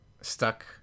stuck